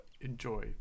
enjoy